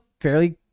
fairly